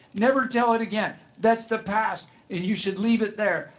never tell it again. that's the past and you should leave it there.